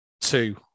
two